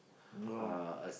no